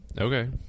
Okay